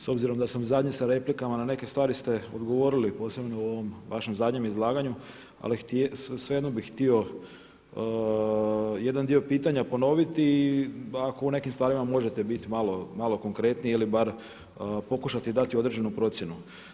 S obzirom da sam zadnji sa replikama na neke stvari ste odgovorili posebno u ovom vašem zadnjem izlaganju ali svejedno bih htio jedan dio pitanja ponoviti, ako u nekim stvarima možete biti malo konkretniji ili bar pokušati dati određenu procjenu.